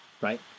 right